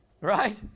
Right